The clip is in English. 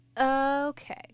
Okay